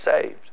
saved